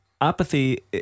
Apathy